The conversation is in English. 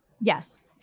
Yes